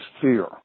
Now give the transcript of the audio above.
fear